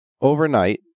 overnight